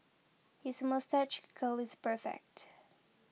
his moustache curl is perfect